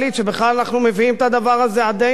שבכלל אנחנו מביאים את הדבר הזה עדינו.